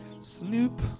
Snoop